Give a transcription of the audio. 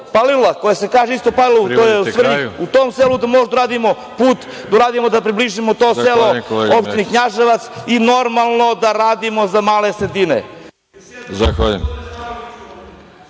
Palilula, koja se kaže isto Palilula, to je u Svrljigu, u tom selu da možemo da uradimo put, da približimo to selo opštini Knjaževac i normalno, da radimo za male sredine.